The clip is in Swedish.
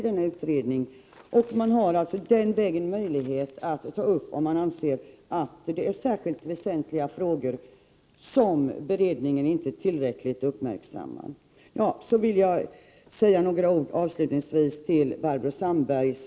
Den vägen har man alltså möjlighet att ta upp vad man anser är särskilt väsentliga frågor som beredningen inte tillräckligt uppmärksammar. Avslutningsvis vill jag säga några ord till Barbro Sandberg.